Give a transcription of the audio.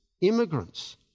immigrants